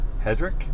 Hedrick